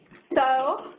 so,